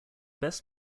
best